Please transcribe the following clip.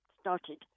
started